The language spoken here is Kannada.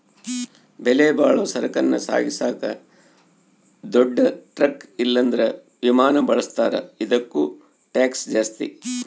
ಬೆಲೆಬಾಳೋ ಸರಕನ್ನ ಸಾಗಿಸಾಕ ದೊಡ್ ಟ್ರಕ್ ಇಲ್ಲಂದ್ರ ವಿಮಾನಾನ ಬಳುಸ್ತಾರ, ಇದುಕ್ಕ ಟ್ಯಾಕ್ಷ್ ಜಾಸ್ತಿ